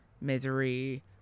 misery